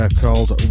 called